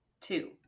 two